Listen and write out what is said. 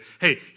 hey